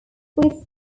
swiss